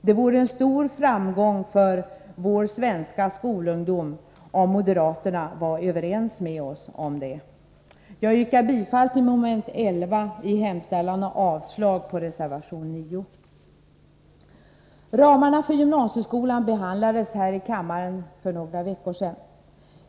Det vore en stor framgång för vår svenska skolungdom om moderaterna var överens med oss om det. Jag yrkar bifall till moment 11 i hemställan och avslag på reservation 9. Ramarna för gymnasieskolan behandlades här i kammaren för några veckor sedan.